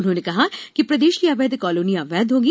उन्होंने कहा कि प्रदेश की अवैध कॉलोनियां वैध होंगी